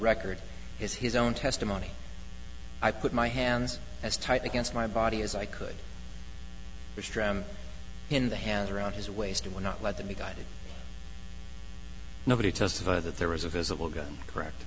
record is his own testimony i put my hands as tight against my body as i could in the hands around his waist and would not let the new guide nobody testify that there was a visible gun correct